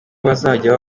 bazajya